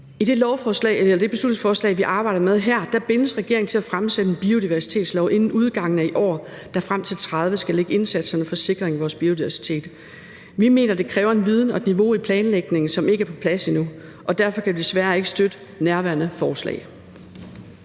I det beslutningsforslag, vi arbejder med her, bindes regeringen til at fremsætte et biodiversitetslovforslag inden udgangen af i år, der frem til 2030 skal lægge indsatserne for sikring af vores biodiversitet. Vi mener, det kræver en viden og et niveau i planlægningen, som ikke er på plads endnu. Derfor kan vi desværre ikke støtte nærværende forslag.